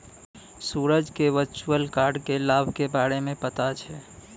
सूरज क virtual card क लाभ के बारे मे पता छै